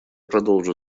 продолжу